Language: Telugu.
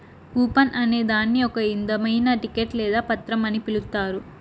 కూపన్ అనే దాన్ని ఒక ఇధమైన టికెట్ లేదా పత్రం అని పిలుత్తారు